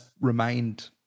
remained